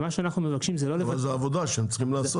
מה שאנחנו מבקשים זה לא לבטל --- אבל זו עבודה שהם צריכים לעשות.